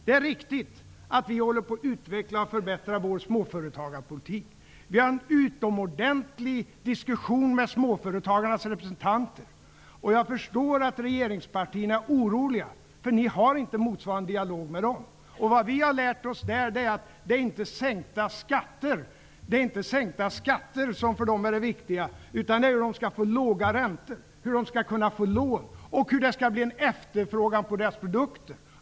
Det är riktigt att vi håller på och utvecklar och förbättrar vår småföretagarpolitik. Vi för en utomordentlig diskussion med småföretagarnas representanter. Jag förstår att regeringspartierna är oroliga -- ni har inte motsvarande dialog med dem. Vad vi har lärt oss där är att det inte är sänkta skatter som är det viktiga för dem, utan det är hur de skall kunna få lån, hur de skall kunna få låga räntor och hur det skall kunna bli en efterfrågan på deras produkter.